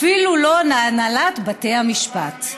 אפילו לא להנהלת בתי המשפט.